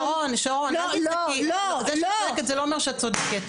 שרון אל תצעקי, זה שאת צועקת לא אומרת שאת צודקת.